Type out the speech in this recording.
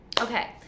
okay